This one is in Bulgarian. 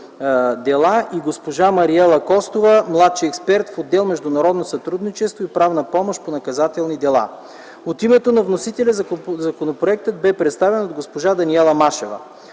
и госпожа Мариела Костова – младши експерт в отдел „Международно сътрудничество и правна помощ по наказателни дела”. От името на вносителя законопроектът бе представен от госпожа Даниела Машева.